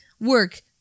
work